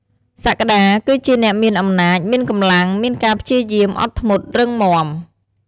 សក្តា គឺជាអ្នកមានអំណាច មានកម្លាំង មានការព្យាយាម អត់ធ្មត់ រឹងមាំ។